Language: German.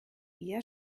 eher